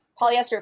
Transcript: Polyester